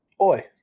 Oi